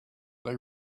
they